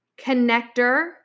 connector